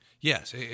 Yes